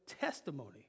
testimony